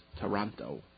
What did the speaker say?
Toronto